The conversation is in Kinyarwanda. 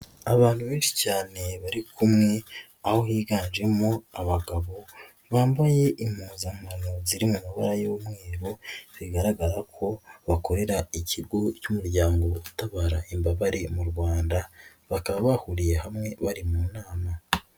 Abantu benshi cyane bari kumwe, aho higanjemo abagabo bambaye impuzankano ziri mu mabara y'umweru, bigaragara ko bakorera ikigo cy'umuryango utabara imbabare mu Rwanda, bakaba bahuriye hamwe bari mu nama.